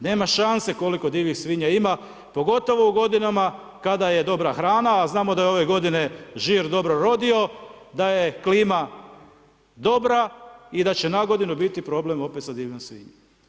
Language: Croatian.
Nema šanse koliko divljih svinja ima pogotovo u godinama kada je dobra hrana a znamo da je ove godine žir dobro rodio, da je klima dobra i da će nagodinu biti problem opet sa divljom svinjom.